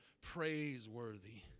praiseworthy